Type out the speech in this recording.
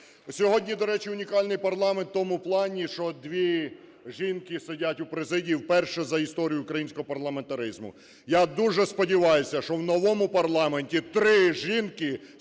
Сьогодні, до речі, унікальний парламент в тому плані, що дві жінки сидять у президії вперше за історію українського парламентаризму. Я дуже сподіваюся, що в новому парламенті три жінки сидітимуть